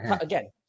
again